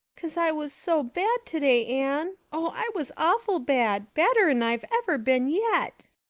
cause i was so bad today, anne. oh, i was awful bad badder'n i've ever been yet.